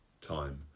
time